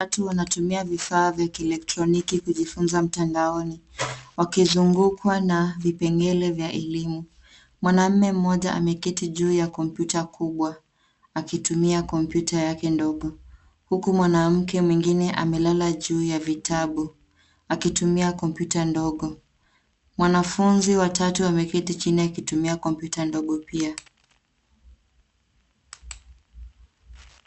Watu wanatumia vifaa vya kielekroniki kujifunza mtandaoni wakizungukwa na vipengele vya elimu. Mwanamume mmoja ameketi juu ya kompyuta kubwa akitumia kompyuta yake ndogo huku mwananmke mwengine amelala juu ya vitabu akitumia kompyuta ndogo. Mwanafunzi wa tatau ameketi chini akitumia kompyuta ndogo pia.